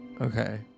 okay